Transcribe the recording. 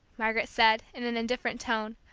margaret said, in an indifferent tone,